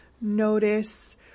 Notice